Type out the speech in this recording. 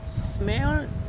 smell